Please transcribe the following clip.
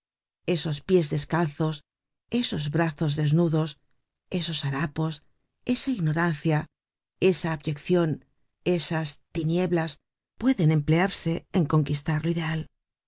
esos pies descalzos esos brazos desnudos esos harapos esa ignorancia esa abyeccion esas tinieblas pueden emplearse en conquistar